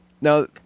Now